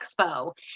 Expo